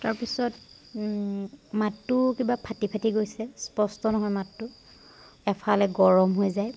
তাৰপিছত মাতটোও কিবা ফাটি ফাটি গৈছে স্পষ্ট নহয় মাতটো এফালে গৰম হৈ যায়